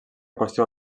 qüestió